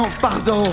pardon